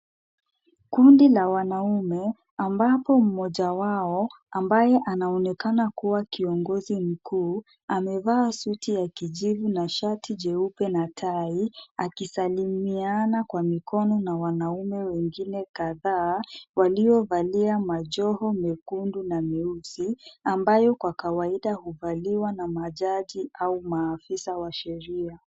Kundi la wanaume ambapo mmoja wao ambaye anaonekana kuwa kiongozi mkuu, amevaa suti ya kijivu na shati jeupe na tai akisalimiana kwa mikono na wanaume wengine kadhaa waliovalia majoho mekundu na meusi ambayo kwa kawaida huvaliwa na majaji au maafisa wa sheria